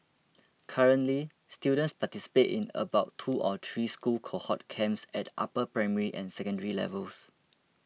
currently students participate in about two or three school cohort camps at upper primary and secondary levels